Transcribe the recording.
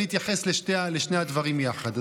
אני אתייחס לשני הדברים יחד.